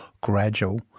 gradual